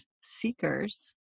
seekers